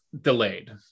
delayed